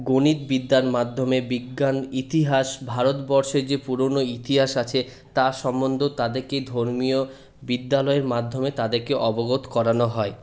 গণিত বিদ্যার মাধ্যমে বিজ্ঞান ইতিহাস ভারতবর্ষে যে পুরনো ইতিহাস আছে তার সম্বন্ধেও তাদেরকে ধর্মীয় বিদ্যালয়ের মাধ্যমে তাদেরকে অবগত করানো হয়